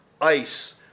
ice